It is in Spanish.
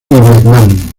vietnam